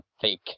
fake